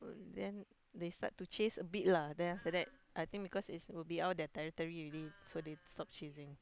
then they start to chase a bit lah then after that I think because is will be all their territory already so they stopped chasing